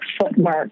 footwork